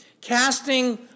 Casting